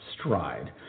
Stride